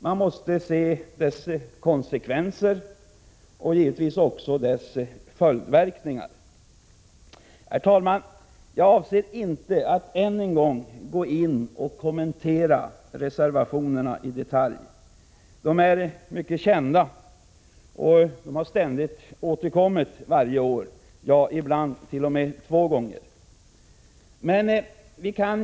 Man måste se dess konsekvenser och givetvis också dess följdverkningar. Herr talman! Jag avser inte att än en gång i detalj kommentera de frågor som behandlas i reservationerna — de har återkommit varje år, ibland t.o.m. två gånger om året, och är därför väl kända.